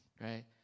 right